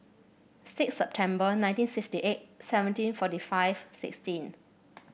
six September nineteen sixty eight seventeen forty five sixteen